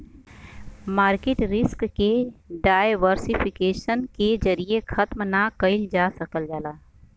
market risk के diversification के जरिये खत्म ना कइल जा सकल जाला